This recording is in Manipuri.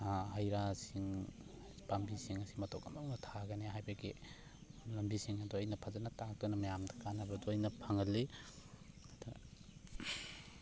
ꯍꯩ ꯔꯥꯁꯤꯡ ꯄꯥꯝꯕꯤꯁꯤꯡ ꯑꯁꯤ ꯃꯇꯧ ꯀꯝꯗꯧꯅ ꯊꯥꯒꯅꯤ ꯍꯥꯏꯕꯒꯤ ꯂꯝꯕꯤꯁꯤꯡ ꯑꯗꯣ ꯑꯩꯅ ꯐꯖꯅ ꯇꯥꯛꯇꯅ ꯃꯌꯥꯝꯗ ꯀꯥꯟꯅꯕꯗꯣ ꯑꯩꯅ ꯐꯪꯍꯜꯂꯤ